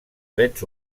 drets